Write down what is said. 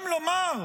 וגם לומר: